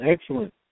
excellent